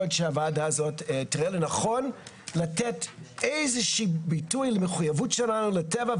שהוועדה הזאת תראה לנכון לתת איזשהו ביטוי למחויבות שלנו לטבע,